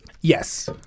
yes